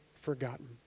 forgotten